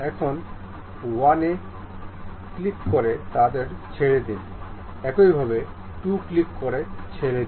এখন 1 তে ক্লিক করে তাদের ছেড়ে দিন একইভাবে 2 ক্লিক করে ছেড়ে দিন